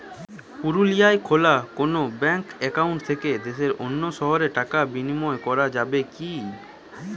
পুরুলিয়ায় খোলা কোনো ব্যাঙ্ক অ্যাকাউন্ট থেকে দেশের অন্য শহরে টাকার বিনিময় করা যাবে কি?